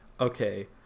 Okay